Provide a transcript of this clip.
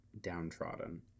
downtrodden